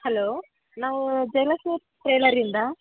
hello ನಾವು ಜಯಲಕ್ಷೀ ಟೇಲರಿಂದ